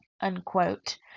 unquote